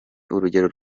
urugero